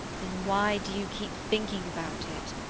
then why do you keep thinking about it?